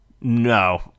No